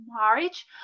marriage